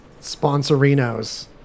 sponsorinos